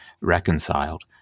reconciled